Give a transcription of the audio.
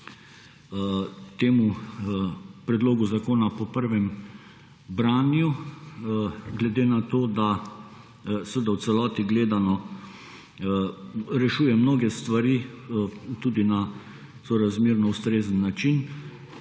temu predlogu zakona po prvem branju, glede na to, da v celoti gledano rešuje mnoge stvari tudi na sorazmerno ustrezen način.